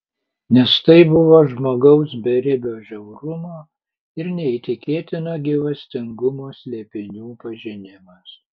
nes tai buvo žmogaus beribio žiaurumo ir neįtikėtino gyvastingumo slėpinių pažinimas